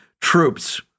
troops